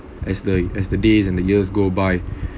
as the as the days and the years go by